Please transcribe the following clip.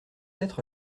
être